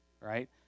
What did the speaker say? right